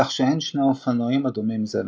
כך שאין שני אופנועים הדומים זה לזה.